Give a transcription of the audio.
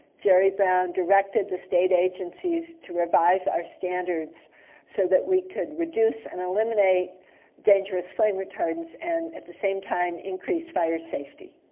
jerry brown directed the state agencies to revise our standards so that we could reduce and eliminate dangerous flame retardants and at the same time increase fire safety.